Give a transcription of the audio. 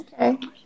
okay